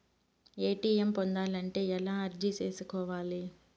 ATM పొందాలంటే ఎలా అర్జీ సేసుకోవాలి?